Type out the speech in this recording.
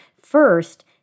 First